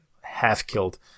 half-killed